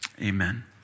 Amen